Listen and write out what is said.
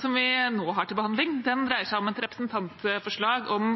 som vi nå har til behandling, dreier seg om et representantforslag om